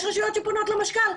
יש רשויות שפונות למשכ"ל.